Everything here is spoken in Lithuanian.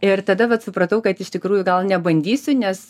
ir tada vat supratau kad iš tikrųjų gal nebandysiu nes